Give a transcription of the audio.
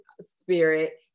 spirit